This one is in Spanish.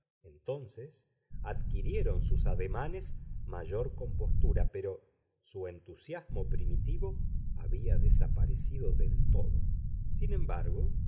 entonces adquirieron sus ademanes mayor compostura pero su entusiasmo primitivo había desaparecido del todo sin embargo